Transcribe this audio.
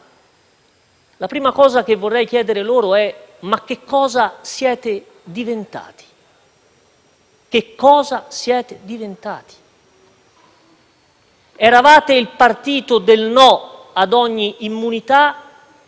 che cosa siete diventati? Eravate il partito del no ad ogni immunità e passerete alla storia come il partito che ha favorito l'immunità più scandalosa di tutte.